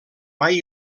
mai